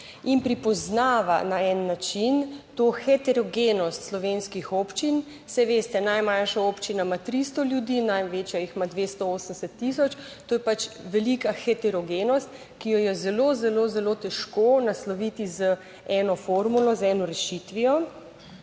in prepoznava na en način to heterogenost slovenskih občin, saj veste, najmanjša občina ima 300 ljudi, največja jih ima 280 tisoč, to je pač velika heterogenost, ki jo je zelo, zelo, zelo težko nasloviti z eno formulo, z eno rešitvijo,